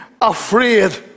afraid